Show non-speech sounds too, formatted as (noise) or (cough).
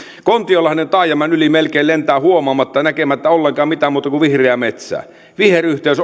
kontiolahden taajaman yli melkein lentää huomaamattaan näkemättä ollenkaan mitään muuta kuin vihreää metsää viheryhteys (unintelligible)